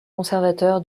conservateur